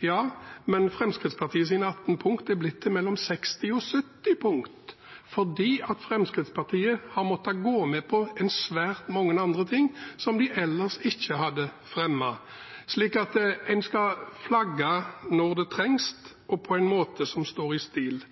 Ja, men Fremskrittspartiets 18 punkter er blitt til mellom 60 og 70 punkter, fordi Fremskrittspartiet har måttet gå med på svært mange andre ting som de ellers ikke hadde fremmet. Så man skal flagge når det trengs, og på en måte som står i stil.